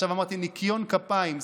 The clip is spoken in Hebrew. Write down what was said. עכשיו אמרתי ניקיון כּפיים,